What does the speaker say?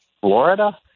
Florida